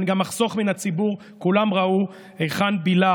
אני גם אחסוך מן הציבור, כולם ראו היכן בילה